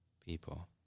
people